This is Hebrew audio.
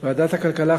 ועדת הכלכלה,